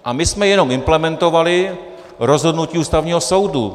A my jsme jenom implementovali rozhodnutí Ústavního soudu.